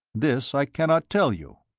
this i cannot tell you.